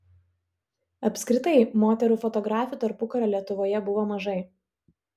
apskritai moterų fotografių tarpukario lietuvoje buvo mažai